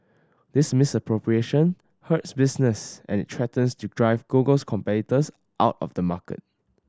this misappropriation hurts business and it threatens to drive Google's competitors out of the market